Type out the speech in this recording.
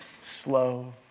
Slow